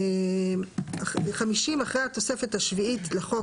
המוחרגות מהחזקה לעניין הוראות מסוימות החלות על משווק